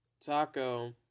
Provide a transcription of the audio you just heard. Taco